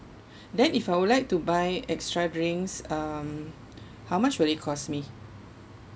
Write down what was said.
then if I would like to buy extra drinks um how much will it cost me